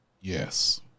Yes